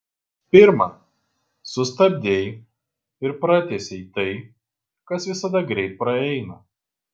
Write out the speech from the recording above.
pirma sustabdei ir pratęsei tai kas visada greit praeina